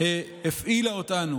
הפעילה אותנו